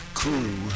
crew